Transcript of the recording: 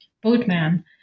boatman